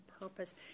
purpose